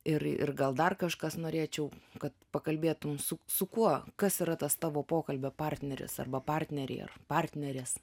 ir ir gal dar kažkas norėčiau kad pakalbėtum su su kuo kas yra tas tavo pokalbio partneris arba partneriai ar partnerės